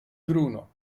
bruno